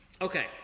Okay